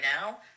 now